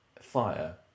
fire